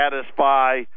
satisfy